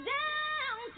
down